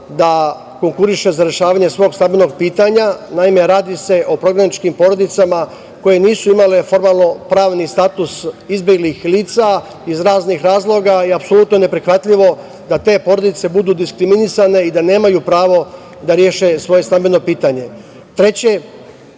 da konkuriše za rešavanje svog stambenog pitanja. Naime, radi se o prognaničkim porodicama koje nisu imale formalno pravni status izbeglih lica iz raznih razloga i apsolutno je neprihvatljivo da te porodice budu diskriminisane i da nemaju pravo da reše svoje stambeno pitanje. Treće,